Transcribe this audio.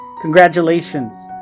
Congratulations